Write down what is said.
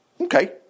okay